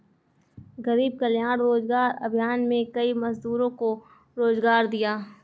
गरीब कल्याण रोजगार अभियान में कई मजदूरों को रोजगार दिया